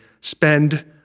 spend